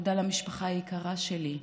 תודה למשפחה היקרה שלי.